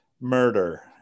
murder